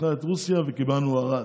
ניצחה את רוסיה וקיבלנו ארד.